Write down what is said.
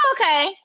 Okay